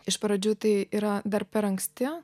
iš pradžių tai yra dar per anksti